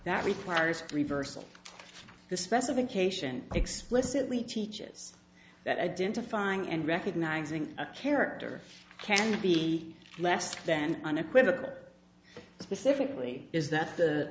that requires reversal the specification explicitly teaches that identifying and recognizing a character can be less than unequivocal or specifically is that the